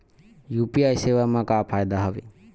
UPI सेवा मा का फ़ायदा हवे?